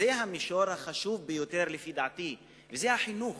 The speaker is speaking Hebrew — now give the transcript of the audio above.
וזה המישור החשוב ביותר, לפי דעתי, זה החינוך.